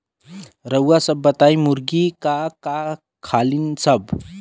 रउआ सभ बताई मुर्गी का का खालीन सब?